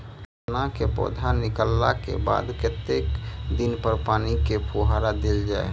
चना केँ पौधा निकलला केँ बाद कत्ते दिन पर पानि केँ फुहार देल जाएँ?